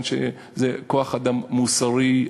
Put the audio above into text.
מכיוון שזה כוח אדם מוסרי,